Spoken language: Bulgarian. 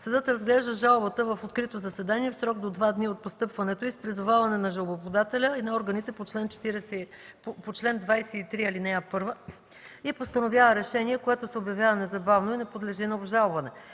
Съдът разглежда жалбата в открито заседание в срок до два дни от постъпването й с призоваване на жалбоподателя и на органите по чл. 23, ал. 1 и постановява решение, което се обявява незабавно и не подлежи на обжалване.